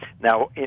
Now